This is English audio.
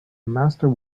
master